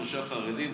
שלושה חרדים,